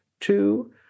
Two